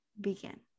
begin